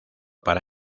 para